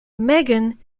megan